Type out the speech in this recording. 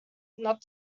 not